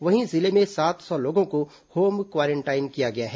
वहीं जिले में सात सौ लोगों को होम क्वारेंटाइन किया गया है